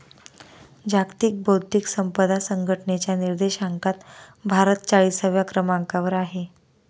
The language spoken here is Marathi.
जागतिक बौद्धिक संपदा संघटनेच्या निर्देशांकात भारत चाळीसव्या क्रमांकावर आहे